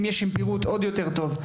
אם יש עם פירוט עוד יותר טוב,